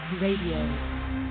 Radio